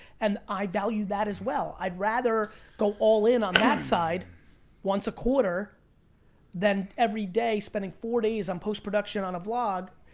and i value that as well. i'd rather go all in on that side once a quarter than every day spending four days on post production on a vlog.